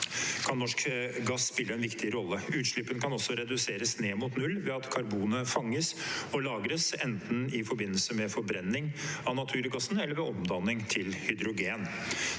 kan norsk gass spille en viktig rolle. Utslippene kan også reduseres ned mot null ved at karbonet fanges og lagres, enten i forbindelse med forbrenning av naturgassen eller ved omdanning til hydrogen.